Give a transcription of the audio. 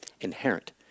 inherent